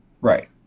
Right